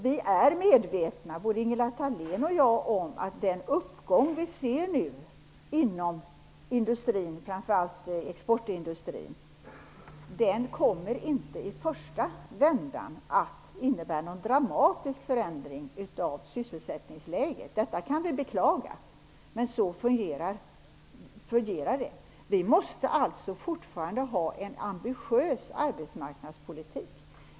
Vi är medvetna, både Ingela Thalén och jag, om att den uppgång som vi nu ser inom industrin, framför allt exportindustrin, inte i första vändan kommer att innebära någon dramatisk förändring av sysselsättningsläget. Detta kan vi beklaga, men så fungerar det. Vi måste alltså fortfarande föra en ambitiös arbetsmarknadspolitik.